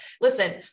Listen